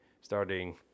starting